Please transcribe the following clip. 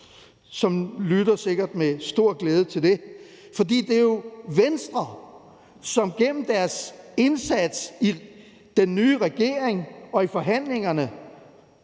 som sikkert lytter med stor glæde til det. For det er jo Venstre, som gennem deres indsats i den nye regering og i forhandlingerne